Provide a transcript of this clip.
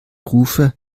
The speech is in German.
rufe